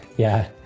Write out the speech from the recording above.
yeah!